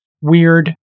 weird